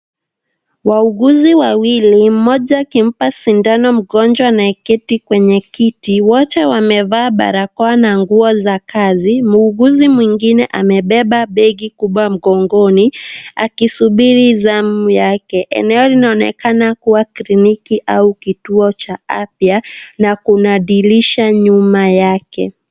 Wauguzi wawili, mmoja akimpa sindano mgonjwa anayeketi kwenye kiti. Wote wamevaa barakoa na nguo za kazi. Muuguzi mwingine amebeba begi kubwa mgongoni akisubiri zamu yake. Eneo linaonekana kuwa kliniki au kituo cha afya, na kuna dirisha nyuma yake.